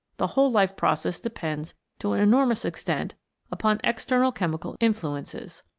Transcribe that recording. the whole life-process depends to an enormous extent upon external chemical influences.